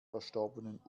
verstorbenen